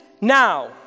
now